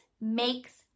makes